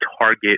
target